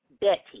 Betty